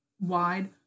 wide